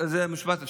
זה במשפט.